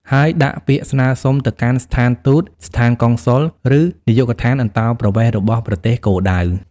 ហើយដាក់ពាក្យស្នើសុំទៅកាន់ស្ថានទូត ស្ថានកុងស៊ុល ឬនាយកដ្ឋានអន្តោប្រវេសន៍របស់ប្រទេសគោលដៅ។